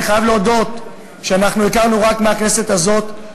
אני חייב להודות שהכרנו רק בכנסת הזאת,